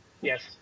Yes